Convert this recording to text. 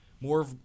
more